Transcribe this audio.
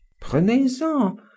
prenez-en